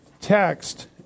text